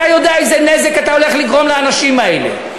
אתה יודע איזה נזק אתה הולך לגרום לאנשים האלה.